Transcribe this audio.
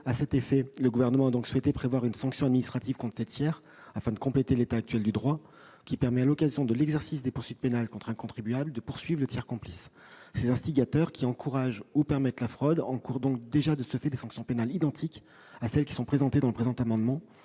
À cet effet, il a souhaité prévoir une sanction administrative contre des tiers, afin de compléter le droit en vigueur, qui permet, à l'occasion de l'exercice de poursuites pénales contre un contribuable, de poursuivre le tiers complice. Ces instigateurs qui encouragent ou permettent la fraude encourent donc déjà, de ce fait, des sanctions pénales identiques à celles qui sont prévues aux présents amendements,